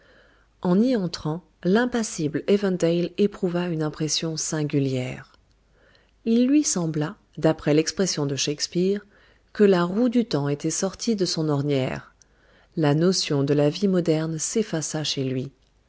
en y entrant l'impassible evandale éprouva une impression singulière il lui sembla d'après l'expression de shakespeare que la roue du temps était sortie de son ornière la notion de la vie moderne s'effaça chez lui